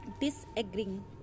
disagreeing